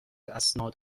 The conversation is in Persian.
اسناد